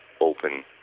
open